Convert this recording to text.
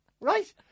right